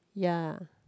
ya